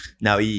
Now